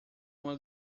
uma